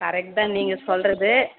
correct தான் நீங்கள் சொல்லுறது